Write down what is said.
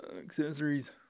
Accessories